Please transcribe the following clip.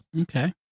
Okay